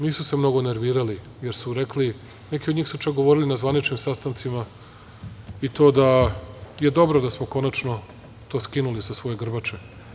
Nisu se mnogo nervirali, jer su rekli, neki od njih su čak govorili na zvaničnim sastancima i to da je dobro da smo konačno skinuli sa svoje grbače.